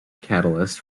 catalyst